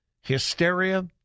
hysteria